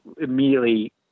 immediately